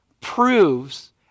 proves